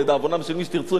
או לדאבונם של מי שתרצו,